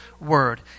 word